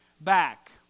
back